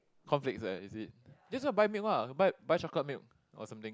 cornflakes eh is it just go and buy milk ah buy buy chocolate milk or something